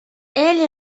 elle